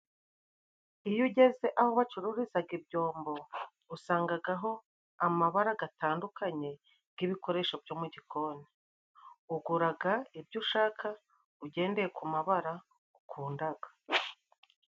Iyo ugeze aho bacururizaga ibyombo, usangagaho amabara gatandukanye g'ibikoresho byo mu gikoni, uguraga ibyo ushaka ugendeye ku mabara ukundaga.